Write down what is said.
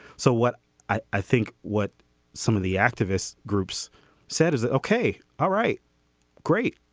so what i i think what some of the activists groups said is that ok all right great.